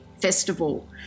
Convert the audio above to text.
Festival